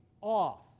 off